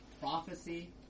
prophecy